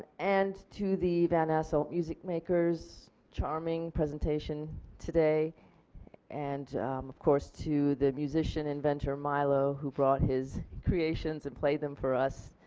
and to the van asselt music makers. charming presentation today and of course to the musician inventor milo who brought his creations and played them for us.